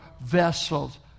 vessels